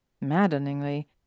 Maddeningly